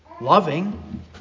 loving